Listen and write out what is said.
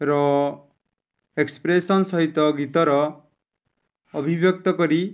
ର ଏକ୍ସପ୍ରେସନ୍ ସହିତ ଗୀତର ଅଭିବ୍ୟକ୍ତ କରି